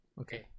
Okay